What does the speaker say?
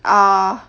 ah